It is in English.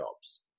jobs